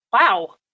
Wow